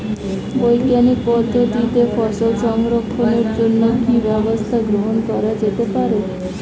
বৈজ্ঞানিক পদ্ধতিতে ফসল সংরক্ষণের জন্য কি ব্যবস্থা গ্রহণ করা যেতে পারে?